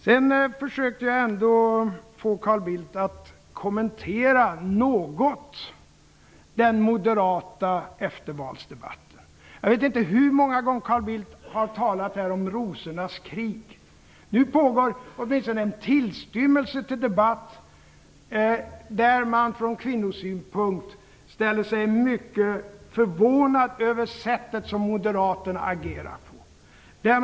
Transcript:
Jag försökte få Carl Bildt att något kommentera den moderata eftervalsdebatten. Jag vet inte hur många gånger Carl Bildt här har talat om rosornas krig. Nu pågår det åtminstone en tillstymmelse till debatt där man från kvinnosynpunkt ställer sig mycket förvånad över sättet på vilket moderaterna agerar.